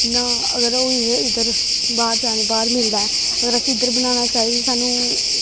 इयांं अगदर इध्दर बाह्र मिलदा ऐ और अस इध्दर बनाना चाहे इध्दर साह्नू